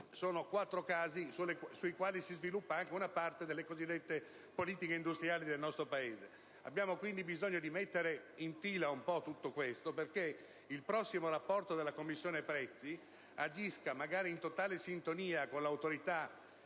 e servizi locali, nei quali si sviluppa anche una parte delle cosiddette politiche industriali del nostro Paese. Abbiamo bisogno di mettere in fila tutto ciò, perché il prossimo rapporto della Commissione prezzi agisca magari in totale sintonia con le diverse